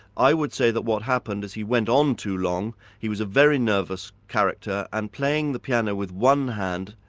i would say that what happened is he went on too long, he was a very nervous character and playing the piano with one hand,